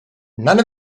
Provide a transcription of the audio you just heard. none